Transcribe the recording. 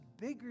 bigger